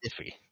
iffy